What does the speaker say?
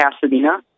Pasadena